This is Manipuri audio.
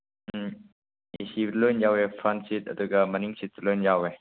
ꯎꯝ ꯑꯩꯁꯤ ꯂꯣꯏ ꯌꯥꯎꯋꯦ ꯐ꯭ꯔꯟ ꯁꯤꯠ ꯑꯗꯨꯒ ꯃꯅꯤ ꯁꯤꯠꯁꯨ ꯂꯣꯏꯅ ꯌꯥꯎꯋꯦ